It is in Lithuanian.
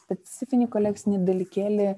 specifinį kolekcinį dalykėlį